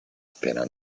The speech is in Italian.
appena